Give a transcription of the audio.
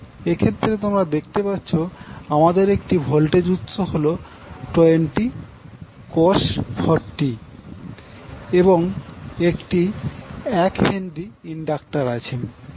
এক্ষেত্রে তোমরা দেখতে পাচ্ছো আমাদের একটি ভোল্টেজ উৎস হলো 20cos 4t এবং একটি 1H ইন্ডাক্টর আছে